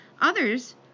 others